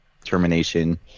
termination